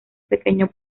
pequeño